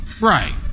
Right